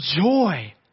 joy